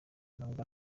n’ubwo